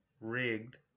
rigged